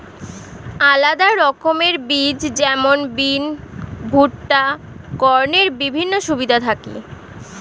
আলাদা রকমের বীজ যেমন বিন, ভুট্টা, কর্নের বিভিন্ন সুবিধা থাকি